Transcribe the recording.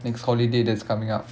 next holiday that's coming up